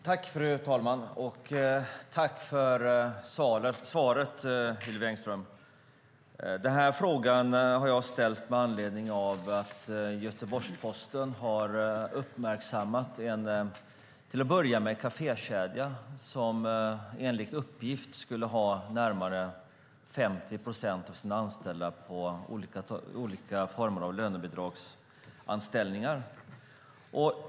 Fru talman! Tack för svaret, Hillevi Engström! Den här frågan har jag ställt med anledning av att Göteborgs-Posten har uppmärksammat till att börja med en kafékedja som enligt uppgift skulle ha närmare 50 procent av sina anställda i olika former av lönebidragsanställningar.